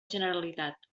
generalitat